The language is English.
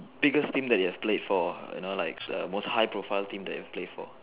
biggest team that you played for you know like most high profile team that you played for